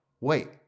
wait